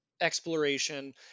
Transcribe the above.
exploration